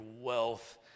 wealth